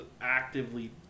actively